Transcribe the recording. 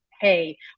hey